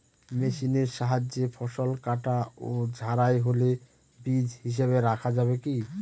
মেশিনের সাহায্যে ফসল কাটা ও ঝাড়াই হলে বীজ হিসাবে রাখা যাবে কি?